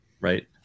Right